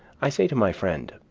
i say to my friend,